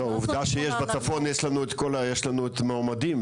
עובדה שיש לנו בצפון יש לנו מועמדים,